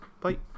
Bye